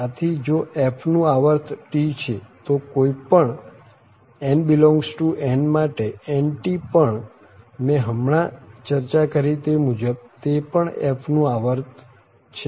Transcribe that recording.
આથી જો f નું આવર્ત T છે તો કોઈ પણ n∈N માટે nT પણ મેં હમણાં ચર્ચા કરી તે મુજબ તે પણ f નું આવર્ત છે